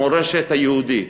המורשת היהודית.